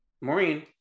Maureen